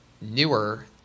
newer